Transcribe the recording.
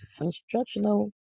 instructional